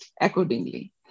accordingly